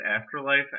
Afterlife